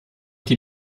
die